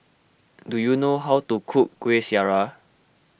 do you know how to cook Kueh Syara